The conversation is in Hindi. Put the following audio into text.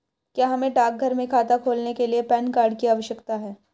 क्या हमें डाकघर में खाता खोलने के लिए पैन कार्ड की आवश्यकता है?